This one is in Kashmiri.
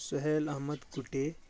سُہیل احمد کُٹے